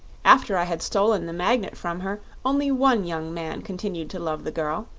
after i had stolen the magnet from her, only one young man continued to love the girl,